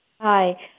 Hi